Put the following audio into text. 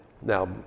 Now